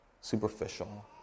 Superficial